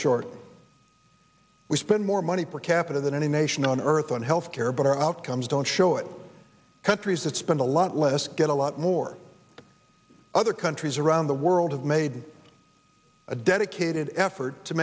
short we spend more money per capita than any nation on earth on health care but our outcomes don't show it countries that spend a lot less get a lot more other countries around the world have made a dedicated effort to